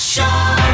Show